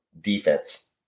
defense